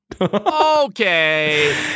Okay